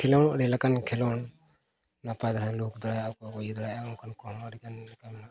ᱠᱷᱮᱞᱳᱰ ᱟᱹᱰᱤ ᱞᱮᱠᱟᱱ ᱠᱷᱮᱞᱳᱰ ᱱᱟᱯᱟᱭ ᱫᱷᱟᱨᱟ ᱞᱩᱦᱩᱠ ᱫᱟᱲᱮᱭᱟᱜᱼᱟ ᱚᱠᱚᱭ ᱤᱭᱟᱹ ᱫᱟᱲᱮᱜᱭᱟᱜᱼᱟ ᱚᱱᱠᱟᱱ ᱠᱚ ᱦᱚᱸ ᱟᱹᱰᱤ ᱜᱟᱱ ᱞᱮᱠᱟ ᱢᱮᱱᱟᱜᱼᱟ